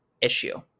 issue